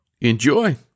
Enjoy